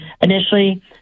Initially